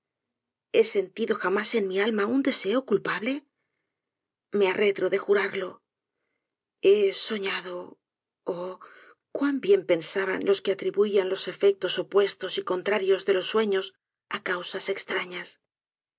he sentido jamás en mi alma un deseo culpable me arredro de jurarlo he soñado oh cuan bien pensaban los que atribuían los efectos opuestos y contrarios de los sueños á causas estraüas